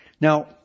Now